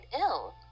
ill